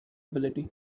ability